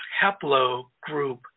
haplogroup